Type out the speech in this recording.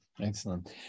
Excellent